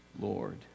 Lord